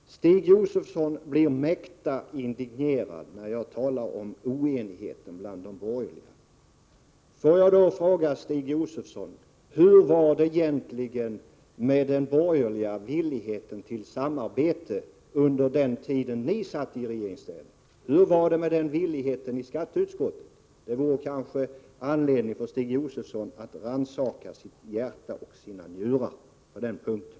Stig Josefson blir mäkta indignerad när jag talar om oenighet bland de borgerliga. Får jag fråga Stig Josefson: Hur var det egentligen med den borgerliga villigheten till samarbete under den tid ni satt i regeringsställning? Hur var det med villigheten i skatteutskottet? Det finns kanske anledning för Stig Josefson att rannsaka sitt hjärta och sina njurar på den punkten.